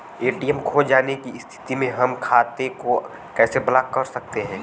ATM खो जाने की स्थिति में हम खाते को कैसे ब्लॉक कर सकते हैं?